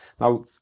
Now